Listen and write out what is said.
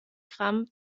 gramm